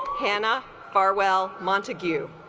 kanna farwell montague